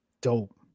Dope